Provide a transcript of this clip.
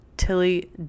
Tilly